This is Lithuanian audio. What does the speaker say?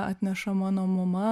atneša mano mama